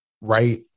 right